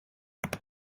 i’ve